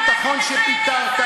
ושר ביטחון שפיטרת,